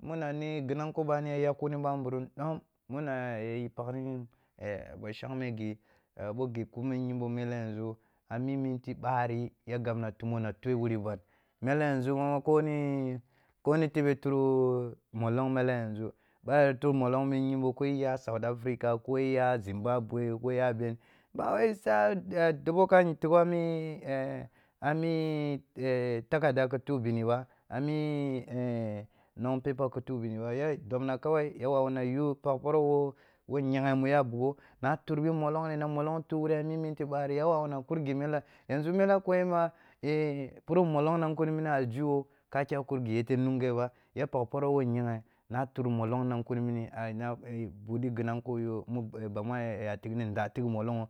muni ni ghi nanko beni ya yakkuni ɓamburum ɗom, muna ehm paghni eh ba shangme ghi, ɓo ghi kume yimbo mele yanzu a mi minti ɓari ya gabna tumo na tu’ah wuri ban, mele yanzu bama ko ni koni tebe turi molong mele yanzu ɓoh a turo molong ɓi yimbo ko iya south africa ko iya zimba bwe, ko iya be, ba wai sai a dobo ka tigha a mi a mi takada khi tuh bini ba, ami non paper ki tuh bini ba ya dobna kawai ya wawuna yo pagh poroh wo nyaghe mu ya bogho, na turi bi molongri, na molong tuh wuri a mi minti ɓari, ya wawuna tur ghi mele, yanzu ko yen mele ma pur molong nan kuni na a algiwo ka kyah kur ghi yete nunge ba, ya pagh poro wo nyeghe na tur molong nan kuni mini a budi ghi nanko yo ba mu a ya tighni nda tigh molongho.